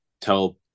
tell